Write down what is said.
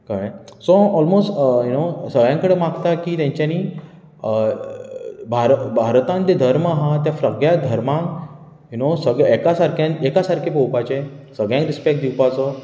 कळ्ळे so almost no सगळ्यां कडेन मागता की तेंच्यानी भार् भारतांत ते धर्म आहा त्या सगळ्या धर्मांक यू नो सगळें एका सारकें एका सारकें पोवपाचें सगळ्यांक रिसपॅक्ट दिवपाचो